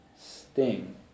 sting